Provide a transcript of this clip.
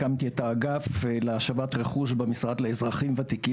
הקמתי את האגף להשבת רכוש במשרד לאזרחים ותיקים,